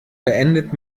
beendet